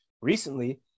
recently